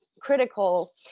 critical